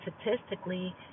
statistically